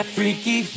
Freaky